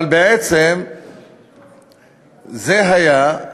אבל בעצם זה היה,